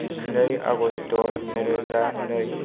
जिनै आगष्ट नैरोजानै